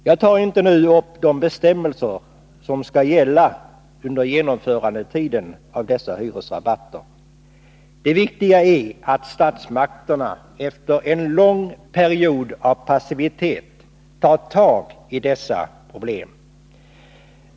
Jag tar nu inte upp de bestämmelser som skall gälla under tiden för genomförandet av dessa hyresrabatter. Det viktiga är att statsmakterna efter en lång period av passivitet tar tag i dessa problem.